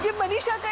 yeah manisha